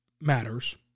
matters